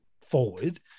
forward